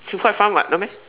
still quite fun [what] no meh